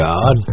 God